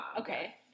Okay